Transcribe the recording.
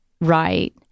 Right